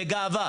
בגאווה,